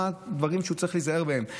מה הדברים שהוא צריך להיזהר בהם,